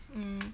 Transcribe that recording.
mm